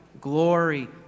glory